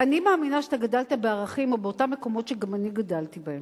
אני מאמינה שאתה גדלת בערכים או באותם מקומות שגם אני גדלתי בהם.